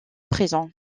prison